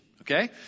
Okay